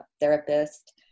therapist